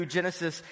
Genesis